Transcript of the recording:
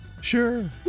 Sure